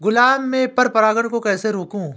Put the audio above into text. गुलाब में पर परागन को कैसे रोकुं?